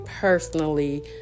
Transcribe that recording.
personally